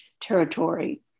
Territory